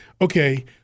okay